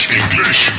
english